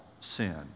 sin